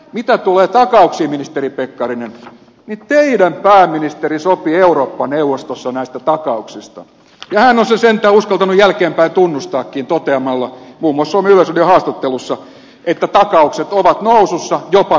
mitä tulee takauksiin ministeri pekkarinen niin teidän pääministerinne sopi eurooppa neuvostossa näistä takauksista ja hän on sen sentään uskaltanut jälkeenpäin tunnustaakin toteamalla muun muassa suomen yleisradion haastattelussa että takaukset ovat nousussa jopa kaksinkertaistumassa